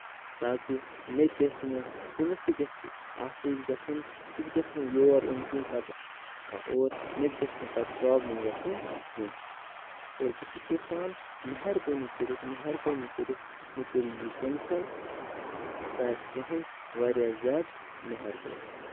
تاکہِ مےٚ تہِ گژھِ نہٕ تٔمِس تہِ گژھِ آسٲہِش گژھُن سُہ تہِ گژھِ نہٕ یور یُن کیٚنٛہہ پَتہٕ اور مےٚ تہِ گژھِ نہٕ پَتہٕ پروبلِم گژھٕنۍ کیٚنٛہہ اور بہٕ چھُس یَژھان مہربٲنی کٔرِتھ مہربٲنی کٔرِتھ مےٚ کٔرِو یہِ کینسل سُہ آسہِ تُہنز واریاہ زیادٕ مہربٲنی